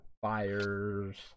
fires